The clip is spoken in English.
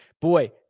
Boy